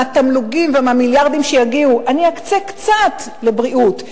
מהתמלוגים ומהמיליארדים שיגיעו אני אקצה קצת לבריאות,